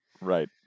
Right